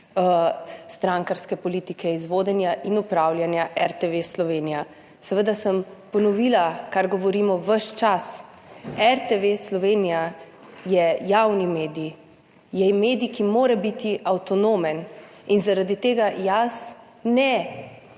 strankarske politike iz vodenja in upravljanja RTV Slovenija. Seveda sem ponovila, kar govorimo ves čas: RTV Slovenija je javni medij, je medij, ki mora biti avtonomen. In zaradi tega jaz ne